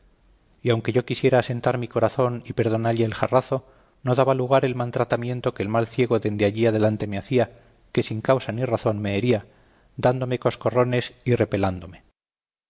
y aunque yo quisiera asentar mi corazón y perdonalle el jarrazo no daba lugar el maltratamiento que el mal ciego dende allí adelante me hacía que sin causa ni razón me hería dándome coxcorrones y repelándome